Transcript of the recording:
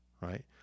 right